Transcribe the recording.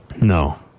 No